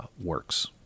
works